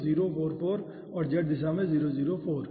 तो 0 4 4 और z दिशा 0 0 4